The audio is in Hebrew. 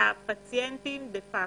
דה-פאקטו,